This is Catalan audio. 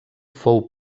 fou